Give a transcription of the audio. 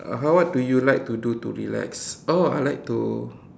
uh how what do you like to do to relax oh I like to